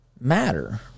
matter